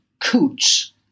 coots